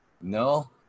No